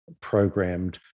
programmed